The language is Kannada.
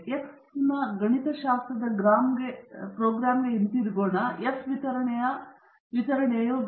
ಆದ್ದರಿಂದ x ನ ಗಣಿತಶಾಸ್ತ್ರದ ಗ್ರಾಂಗೆ ಹಿಂತಿರುಗುವುದು ಎಫ್ ವಿತರಣೆಯ ಗಣಿತದ ರೂಪವನ್ನು ಪ್ರತಿನಿಧಿಸುತ್ತದೆ ಇದೀಗ ನಾವು ಅದನ್ನು ಪ್ರವೇಶಿಸುವುದಿಲ್ಲ